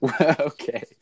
okay